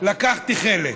אני לקחתי חלק.